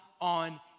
on